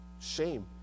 shame